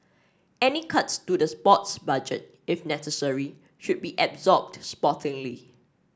any cuts to the sports budget if necessary should be absorbed sportingly